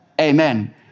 Amen